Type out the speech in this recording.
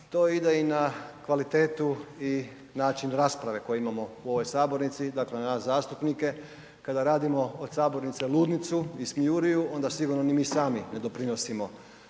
to ide i na kvalitetu i način rasprave koje imamo u ovoj sabornici, dakle na nas zastupnike kada radimo od sabornice ludnicu i smijuriju onda sigurno ni mi sami ne doprinosimo